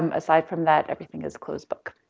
um aside from that everything is closed book.